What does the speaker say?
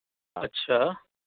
اچھا